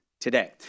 today